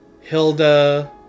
hilda